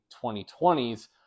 2020s